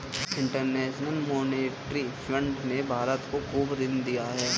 international monetary fund ने भारत को खूब ऋण दिया है